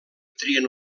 trien